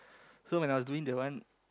so when I was doing the one